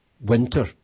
Winter